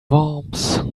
worms